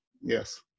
Yes